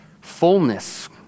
fullness